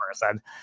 person